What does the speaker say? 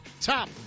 top